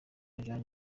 jean